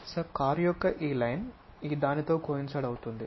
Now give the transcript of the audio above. so car యొక్క ఈ line ఈ దానితో కోయిన్సైడ్ అవుతుంది